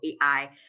AI